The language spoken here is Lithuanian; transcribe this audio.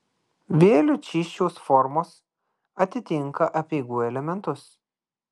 vėlių čysčiaus formos atitinka apeigų elementus